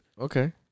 Okay